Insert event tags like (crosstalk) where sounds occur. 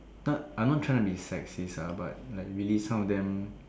(noise) I'm not trying to be sexist ah but like really some of them